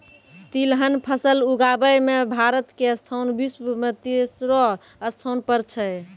तिलहन फसल उगाबै मॅ भारत के स्थान विश्व मॅ तेसरो स्थान पर छै